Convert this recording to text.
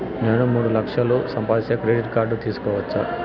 నేను మూడు లక్షలు సంపాదిస్తే క్రెడిట్ కార్డు తీసుకోవచ్చా?